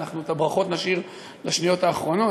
ואת הברכות נשאיר לשניות האחרונות,